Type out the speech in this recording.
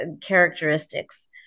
characteristics